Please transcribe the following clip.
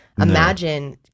imagine